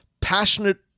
passionate